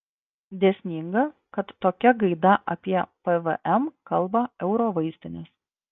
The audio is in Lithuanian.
dėsninga kad tokia gaida apie pvm kalba eurovaistinės